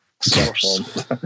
source